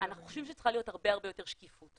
אנחנו חושבים שצריכה להיות הרבה הרבה יותר שקיפות.